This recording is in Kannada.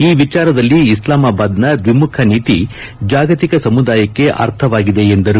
ಈ ವಿಚಾರದಲ್ಲಿ ಇಸ್ಲಾಮಾಬಾದ್ನ ದ್ವಿಮುಖ ನೀತಿ ಜಾಗತಿಕ ಸಮುದಾಯಕ್ಕೆ ಅರ್ಥವಾಗಿದೆ ಎಂದರು